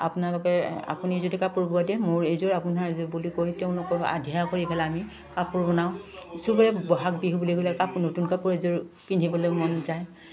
আপোনালোকে আপুনি যদি কাপোৰ বোৱা দিয়ে মোৰ এযোৰ আপোনাৰ এযোৰ বুলি কয় তেওঁলোকৰ আধিয়া কৰি পেলাই আমি কাপোৰ বনাওঁ চবৰে বহাগ বিহু বুলি ক'লে কাপোৰ নতুন কাপোৰ এযোৰ পিন্ধিবলৈ মন যায়